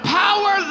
power